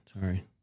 sorry